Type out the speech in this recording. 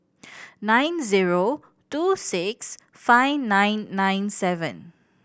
nine zero two six five nine nine seven